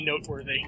noteworthy